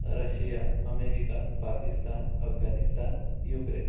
Russia America Pakistan Afghanistan Ukraine